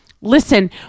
listen